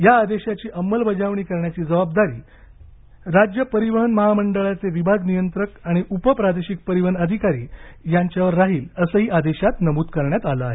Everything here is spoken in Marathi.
या आदेशाची अंमलबजावणी करण्याची जबाबदारी राज्य परिवहन महामंडळाचे विभाग नियंत्रक आणि उपप्रादेशीक परिवहन अधिकारी यांच्यावर राहील असंही आदेशात नमूद करण्यात आलं आहे